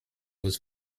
was